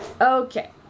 okay